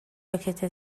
راکت